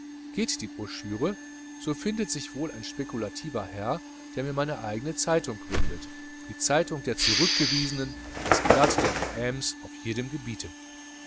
geht die brochüre so findet sich wohl ein spekulativer herr der mir meine eigene zeitung gründet die zeitung der zurückgewiesenen das blatt der bohmes auf jedem gebiete